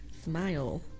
Smile